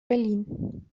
berlin